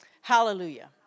Hallelujah